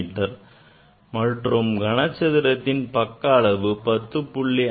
me மற்றும் கனசதுரத்தின் பக்க அளவு 10